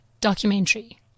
documentary